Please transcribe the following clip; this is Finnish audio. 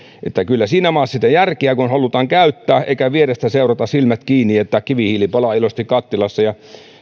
kyllä siinä maassa sitä järkeä on kun halutaan käyttää eikä vierestä seurata silmät kiinni että kivihiili palaa iloisesti kattilassa ja